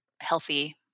healthy